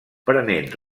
prenent